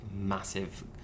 massive